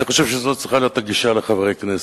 אני חושב שזו צריכה להיות הגישה לחברי כנסת.